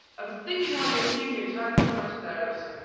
i was thinking while you're speaking, you're talking so much about